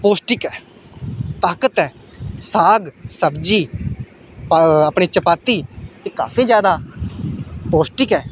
पौश्टिक ऐ ताकत ऐ साग सब्जी अपने चपाती एह् काफी जैदा पौश्टिक ऐ